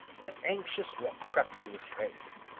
an anxious look crept into his face.